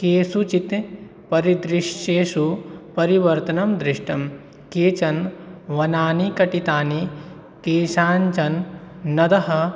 केषुचित् परिदृश्येषु परिवर्तनं दृष्टं केचन् वनानि कटितानि केषाञ्चन् नदः